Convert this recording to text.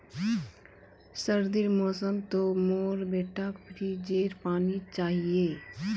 सर्दीर मौसम तो मोर बेटाक फ्रिजेर पानी चाहिए